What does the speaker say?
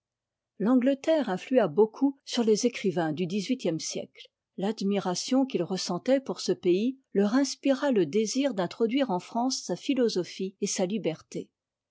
l'angleterre influa beaucoup sur les écrivains du dix-huitième siècte l'admiration qu'ils ressentaient pour ce pays leur inspira le désir d'introduire en france sa philosophie et sa liberté